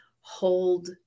hold